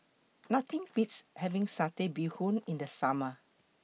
Nothing Beats having Satay Bee Hoon in The Summer